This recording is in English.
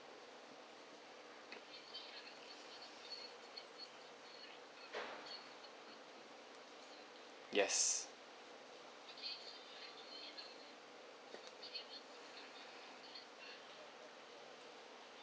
yes